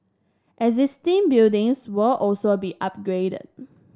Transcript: existing buildings will also be upgraded